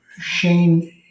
Shane